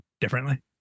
differently